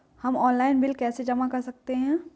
हम online bill कैसे जमा कर सकते हैं?